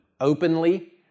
Openly